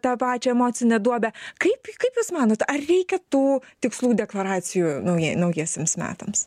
tą pačią emocinę duobę kaip kaip jūs manot ar reikia tų tikslų deklaracijų naujie naujiesiems metams